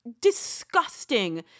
disgusting